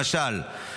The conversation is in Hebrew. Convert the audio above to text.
למשל,